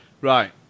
right